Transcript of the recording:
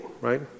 right